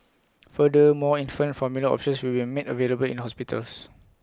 further more infant formula options will be made available in hospitals